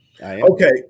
Okay